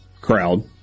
crowd